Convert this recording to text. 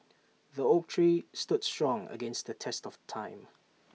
the oak tree stood strong against the test of time